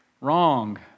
wrong